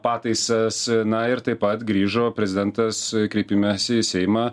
pataisas na ir taip pat grįžo prezidentas kreipimesi į seimą